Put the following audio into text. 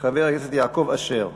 חבר הכנסת יעקב אשר,